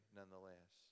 nonetheless